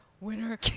winner